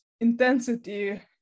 intensity